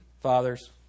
Fathers